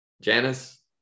Janice